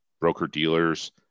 broker-dealers